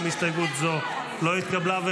גם הסתייגות זו לא התקבלה.